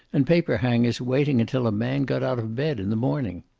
and paper-hangers waiting until a man got out of bed in the morning.